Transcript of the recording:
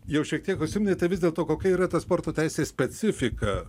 jau šiek tiek užsiminėte vis dėlto kokia yra ta sporto teisės specifika